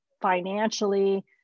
financially